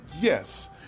Yes